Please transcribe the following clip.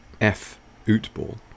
F-Ootball